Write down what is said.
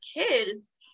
kids